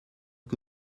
que